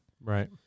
Right